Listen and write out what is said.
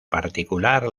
particular